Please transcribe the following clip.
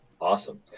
Awesome